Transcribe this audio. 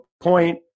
point